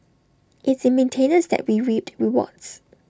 it's in maintenance that we reap rewards